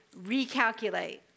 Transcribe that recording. recalculate